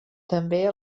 també